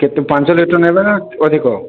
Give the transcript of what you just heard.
କେତେ ପାଞ୍ଚ ଲିଟର ନେବେ ନା ଅଧିକ